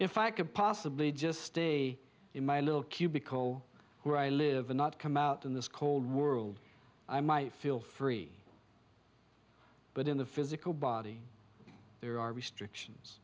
if i could possibly just stay in my little cubicle where i live and not come out in this cold world i might feel free but in the physical body there are restrictions